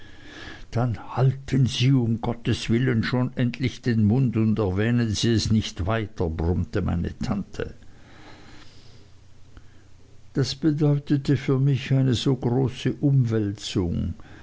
dann halten sie um himmelswillen schon endlich den mund und erwähnen sie es nicht weiter brummte meine tante das bedeutete für mich eine so große umwälzung